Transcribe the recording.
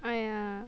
oh yeah